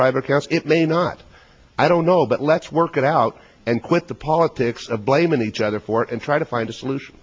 private accounts it may not i don't know but let's work it out and quit the politics of blaming each other for and try to find a solution